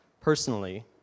personally